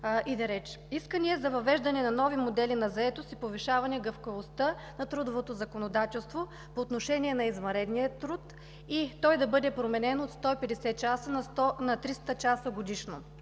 искания за въвеждане на нови модели на заетост и повишаване на гъвкавостта на трудовото законодателство по отношение на извънредния труд и той да бъде променен от 150 часа на 300 часа годишно;